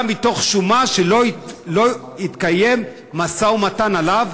מתוך שומה שלא התקיים משא-ומתן עליה,